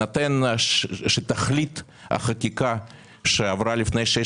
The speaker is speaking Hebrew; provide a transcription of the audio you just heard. ובהינתן שתכלית החקיקה שעברה לפני שש